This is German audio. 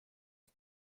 ist